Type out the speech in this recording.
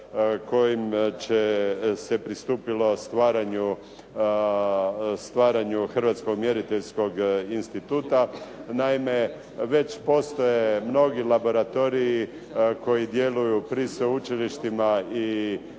kojim se pristupilo stvaranju Hrvatskog mjeriteljskog instituta. Naime, već postoje mnogi laboratoriji koji djeluju pri sveučilištima i